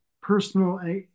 personal